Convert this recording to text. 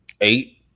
eight